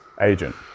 agent